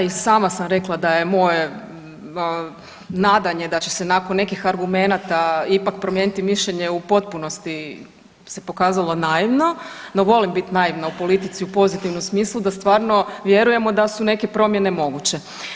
Ma da i sama sam rekla da je moje nadanje da će se nakon nekih argumenata ipak promijeniti mišljenje u potpunosti se pokazalo naivno, no volim biti naivna u politici u pozitivnom smislu da stvarno vjerujemo da su neke promjene moguće.